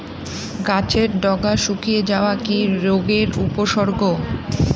গাছের ডগা শুকিয়ে যাওয়া কি রোগের উপসর্গ?